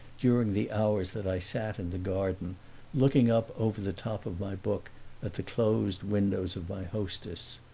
during the hours that i sat in the garden looking up over the top of my book at the closed windows of my hostess.